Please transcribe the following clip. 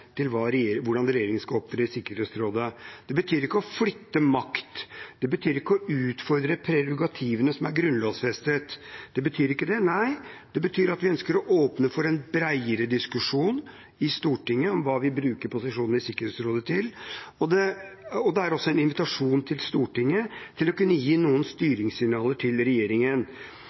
betyr ikke å utfordre prerogativene som er grunnlovfestet. Det betyr ikke det. Nei, det betyr at vi ønsker å åpne for en bredere diskusjon i Stortinget om hva vi bruker posisjonen i Sikkerhetsrådet til, og det er også en invitasjon til Stortinget til å kunne gi noen styringssignaler til regjeringen, som vi mener er nødvendig i tillegg til hva om er etablert i dagens ordninger. Vi mener at en sånn mekanisme vil være en støtte til regjeringen.